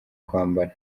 kwambara